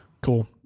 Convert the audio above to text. Cool